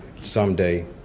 Someday